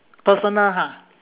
personal ha